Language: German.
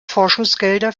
forschungsgelder